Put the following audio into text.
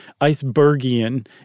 icebergian